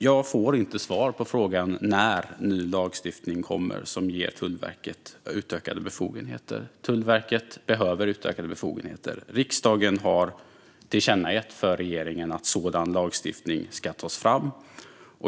Jag får inget svar på frågan när en ny lagstiftning kommer som ger Tullverket utökade befogenheter. Tullverket behöver utökade befogenheter, och riksdagen har tillkännagett för regeringen att en sådan lagstiftning ska tas fram.